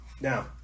Now